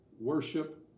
worship